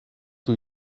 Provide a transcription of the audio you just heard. doe